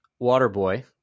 Waterboy